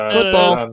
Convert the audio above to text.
Football